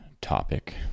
topic